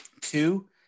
Two